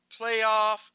playoff